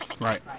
Right